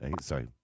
Sorry